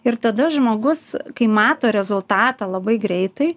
ir tada žmogus kai mato rezultatą labai greitai